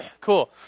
Cool